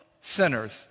sinners